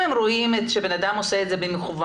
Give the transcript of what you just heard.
אם הם רואים שבן אדם עושה את זה במכוון,